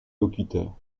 locuteurs